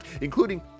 including